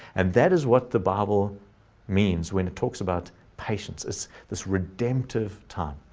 and that is what the bible means when it talks about patience is this redemptive time,